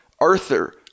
Arthur